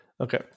Okay